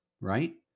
right